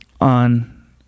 on